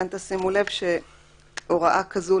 כאן שימו לב שהוראה כזאת,